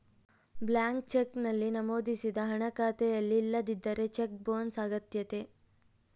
blank cheque ನಲ್ಲಿ ನಮೋದಿಸಿದ ಹಣ ಖಾತೆಯಲ್ಲಿ ಇಲ್ಲದಿದ್ದರೆ ಚೆಕ್ ಬೊನ್ಸ್ ಅಗತ್ಯತೆ